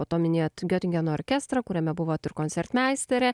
po to minėjot giotingeno orkestrą kuriame buvo ir koncertmeisterė